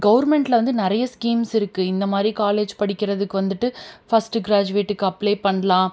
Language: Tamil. கவர்மெண்டில் வந்து நிறைய ஸ்கீம்ஸ் இருக்கு இந்தமாதிரி காலேஜ் படிக்கிறதுக்கு வந்துட்டு ஃபஸ்ட் கிராஜுவேட்டுக்கு அப்ளே பண்ணலாம்